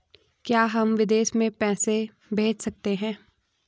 क्या हम विदेश में पैसे भेज सकते हैं?